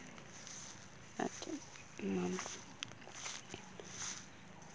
nut ᱮᱢᱟᱱ ᱠᱚ